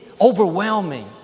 overwhelming